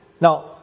Now